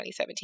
2017